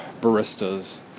baristas